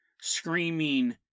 screaming